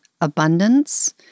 abundance